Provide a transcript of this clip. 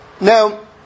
Now